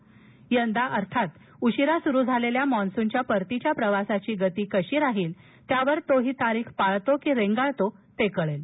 अर्थात यंदा उशीरा सुरू झालेल्या मान्सूनच्या परतीच्या प्रवासाची गती कशी राहील त्यावर तो ही तारिख पाळतो की रेंगाळतो ते कळेल